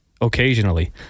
Occasionally